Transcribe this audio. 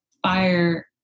Fire